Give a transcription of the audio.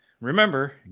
remember